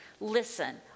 Listen